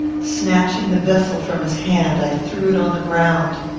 snatching the vessel from his hand, i threw it on the ground.